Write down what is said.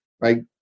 right